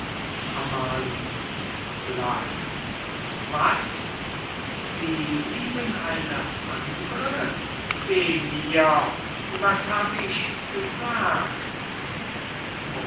amalia blaß was sie lieben eine andre weh mir was hab ich gesagt